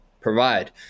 provide